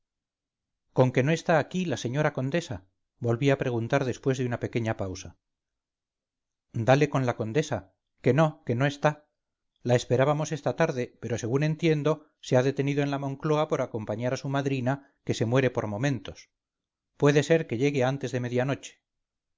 conque no está aquí la señora condesa volví a preguntar después de una pequeña pausa dale con la condesa que no que no está la esperábamos esta tarde pero según entiendo se ha detenido en la moncloa por acompañar a su madrina que se muere por momentos puede ser que llegue antes de